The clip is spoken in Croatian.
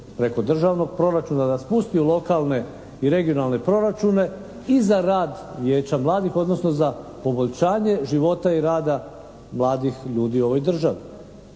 preko državnog proračuna da spusti lokalne i regionalne proračune i za rad Vijeća mladih odnosno za poboljšanje života i rada mladih ljudi u ovoj državi.